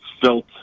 felt